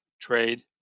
trade